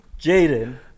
Jaden